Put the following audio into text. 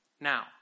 Now